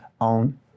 on